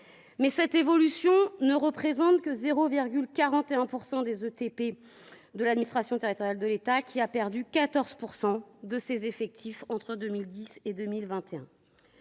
Mais cette évolution ne représente que 0,41 % des ETP de l’administration territoriale de l’État, qui a perdu 14 % de ses effectifs entre 2010 et 2021